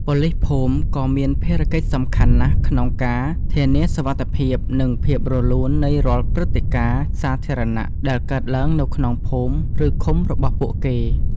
ប៉ូលីសភូមិក៏មានភារកិច្ចសំខាន់ណាស់ក្នុងការ ធានាសុវត្ថិភាព និងភាពរលូន នៃរាល់ព្រឹត្តិការណ៍សាធារណៈដែលកើតឡើងនៅក្នុងភូមិ ឬឃុំរបស់ពួកគេ។